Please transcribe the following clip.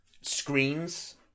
screens